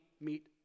meet